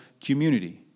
community